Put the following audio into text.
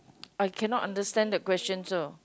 I cannot understand the question so